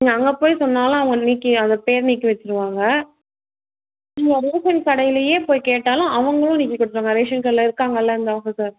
நீங்கள் அங்கே போய் சொன்னாலும் அவங்க நீங்கி அந்த பேர் நீக்கி வச்சிருவாங்க நீங்கள் ரேஷன் கடையிலயே போய் கேட்டாலும் அவங்களும் நீக்கி கொடுத்துருவாங்க ரேஷன் கடையில் இருக்காங்கள்ல அந்த ஆபீசர்ஸ்